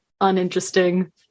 uninteresting